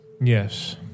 Yes